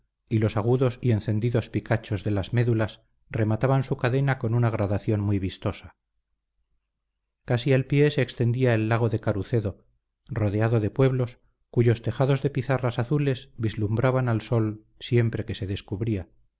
y los agudos y encendidos picachos de las médulas remataban su cadena con una gradación muy vistosa casi al pie se extendía el lago de carucedo rodeado de pueblos cuyos tejados de pizarras azules vislumbraban al sol siempre que se descubría